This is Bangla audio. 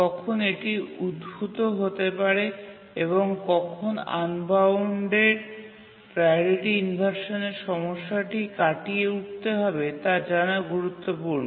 কখন এটি উদ্ভূত হতে পারে এবং কখন আনবাউন্ডেড প্রাওরিটি ইনভারসানের সমস্যাটি কাটিয়ে উঠতে হবে তা জানা গুরুত্বপূর্ণ